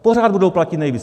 Pořád budou platit nejvíc!